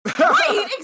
right